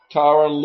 Tara